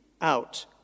out